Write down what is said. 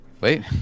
wait